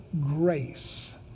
grace